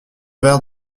verre